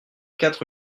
quatre